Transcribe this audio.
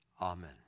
Amen